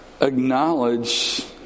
acknowledge